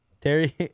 Terry